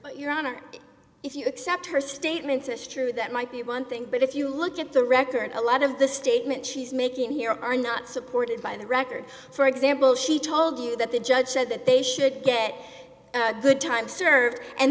but your honor if you accept her statements as true that might be one thing but if you look at the record a lot of the statement she's making here are not supported by the record for example she told you that the judge said that they should get a good time served and